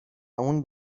اون